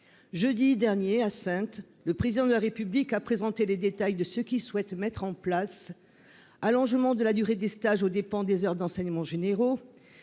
Jeudi dernier, à Saintes, le Président de la République a présenté les détails de ce qu'il souhaite mettre en place : allongement de la durée des stages aux dépens des heures d'enseignements généraux,